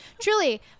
Truly